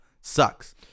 Sucks